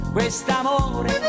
Quest'amore